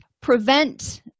prevent